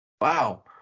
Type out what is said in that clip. wow